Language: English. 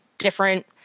different